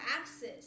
access